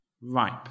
ripe